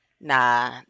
nah